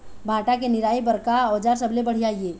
भांटा के निराई बर का औजार सबले बढ़िया ये?